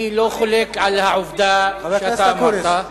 לא יהודי ישראלי.